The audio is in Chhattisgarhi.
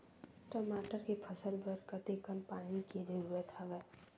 टमाटर के फसल बर कतेकन पानी के जरूरत हवय?